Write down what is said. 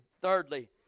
Thirdly